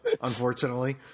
unfortunately